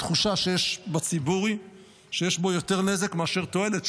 התחושה שיש בציבור היא שיש בו יותר נזק מאשר תועלת.